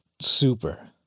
Super